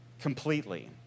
completely